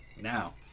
Now